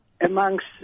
amongst